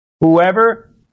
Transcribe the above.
Whoever